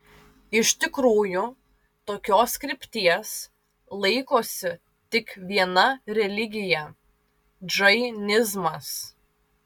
iš tikrųjų tokios krypties laikosi tik viena religija džainizmas